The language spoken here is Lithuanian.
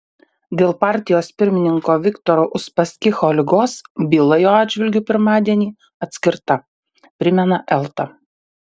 dėl partijos pirmininko viktoro uspaskicho ligos byla jo atžvilgiu pirmadienį atskirta primena elta